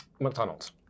McDonald's